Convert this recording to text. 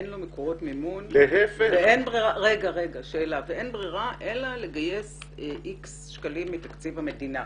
אין לו מקורות מימון ואין ברירה אלא לגייס איקס שקלים מתקציב המדינה.